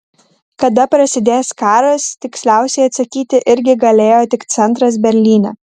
kada prasidės karas tiksliausiai atsakyti irgi galėjo tik centras berlyne